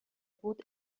بود